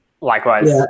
Likewise